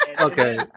Okay